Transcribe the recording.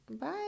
bye